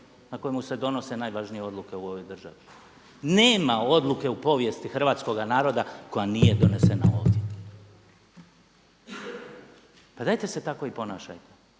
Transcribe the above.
na kojemu se donose najvažnije odluke u ovoj državi? Nema odluke u povijesti hrvatskoga naroda koja nije donesena ovdje. Pa dajte se tako i ponašajte!